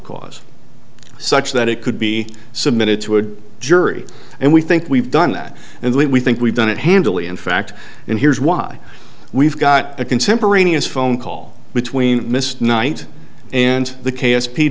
cause such that it could be submitted to a jury and we think we've done that and we think we've done it handily in fact and here's why we've got a contemporaneous phone call between mr knight and the k s p